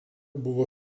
buvo